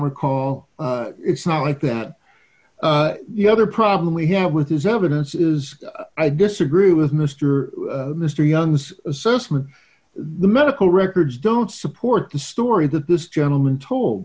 recall it's not like that you other problem we have with his evidence is i disagree with mr mr young's assessment the medical records don't support the story that this gentleman told